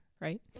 right